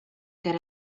good